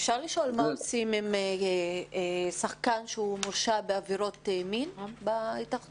אפשר לשאול מה עושים לשחקן שמורשע בעבירות מין בהתאחדות?